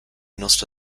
nostra